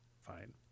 fine